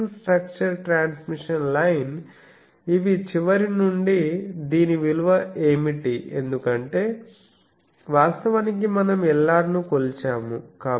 feeding structure transmission line ఇవి చివరి నుండి దీని విలువ ఏమిటి ఎందుకంటే వాస్తవానికి మనం Lr ను కొలిచాము